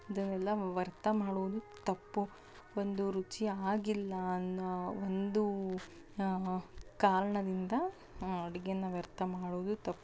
ಅದನ್ನೆಲ್ಲ ವ್ಯರ್ಥ ಮಾಡುವುದು ತಪ್ಪು ಒಂದು ರುಚಿ ಆಗಿಲ್ಲ ಅನ್ನೋ ಒಂದು ಕಾರಣದಿಂದ ಅಡುಗೇನ ವ್ಯರ್ಥ ಮಾಡುವುದು ತಪ್ಪು